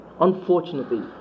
unfortunately